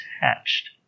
hatched